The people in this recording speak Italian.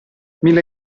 mille